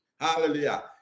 hallelujah